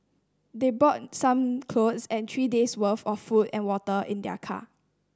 they brought some clothes and three days worth of food and water in their car